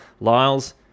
Lyles